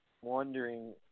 wondering